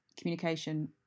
communication